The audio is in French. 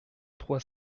trois